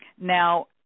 Now